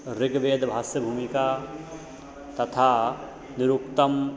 ऋग्वेदभाष्यभूमिका तथा निरुक्तम्